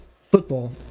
football